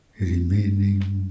remaining